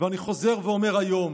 "ואני חוזר ואומר היום,